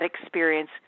experience